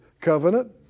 covenant